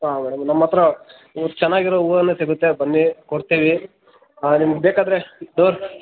ಹಾಂ ಮೇಡಮ್ ನಮ್ಮತ್ರ ಹೂ ಚೆನ್ನಾಗಿರೋ ಹೂವೇ ಸಿಗುತ್ತೆ ಬನ್ನಿ ಕೊಡ್ತೀವಿ ನಿಮ್ಗೆ ಬೇಕಾದ್ರೆ ಡೋರ್